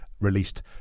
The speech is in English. released